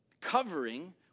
covering